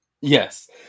Yes